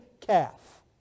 calf